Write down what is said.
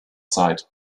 side